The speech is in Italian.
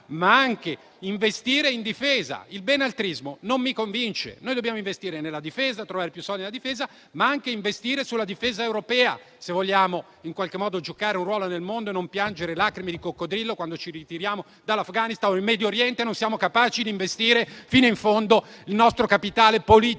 altresì investire in difesa. Il benaltrismo non mi convince. Noi dobbiamo investire nella difesa, trovare più soldi, investendo anche sulla difesa europea se vogliamo giocare un ruolo nel mondo e non piangere lacrime di coccodrillo quando ci ritiriamo dall'Afghanistan o in Medio Oriente non siamo capaci di investire fino in fondo il nostro capitale politico